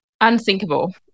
Unthinkable